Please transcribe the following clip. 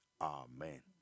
Amen